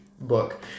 book